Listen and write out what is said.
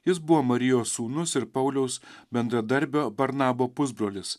jis buvo marijos sūnus ir pauliaus bendradarbio barnabo pusbrolis